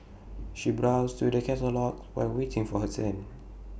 she browsed through the catalogues while waiting for her turn